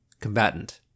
combatant